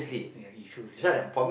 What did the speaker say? ya issues ya